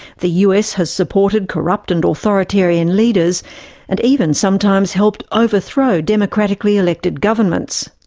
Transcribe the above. the us has supported corrupt and authoritarian leaders and even sometimes helped overthrow democratically elected governments.